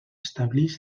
establix